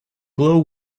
glow